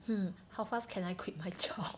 hmm how fast can I quit my job